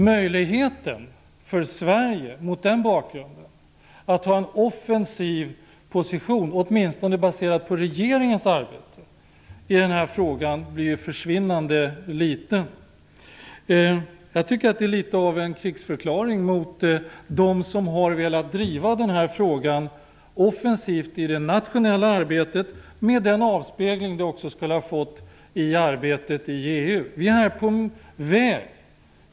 Möjligheten för Sverige att mot den bakgrunden ha en offensiv position, åtminstone baserad på regeringens arbete i den här frågan, blir försvinnande liten. Det är litet av en krigsförklaring mot dem som har velat driva den här frågan offensivt i det nationella arbetet med den avspegling det också skulle ha fått i arbetet i EU.